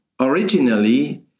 Originally